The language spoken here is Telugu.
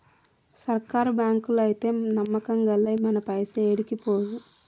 సర్కారు బాంకులైతే నమ్మకం గల్లయి, మన పైస ఏడికి పోదు